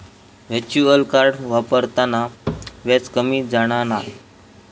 virtual card वापरताना व्याज कमी जाणा नाय